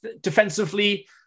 Defensively